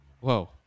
Whoa